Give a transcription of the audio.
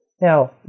Now